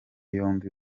yombi